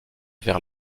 vers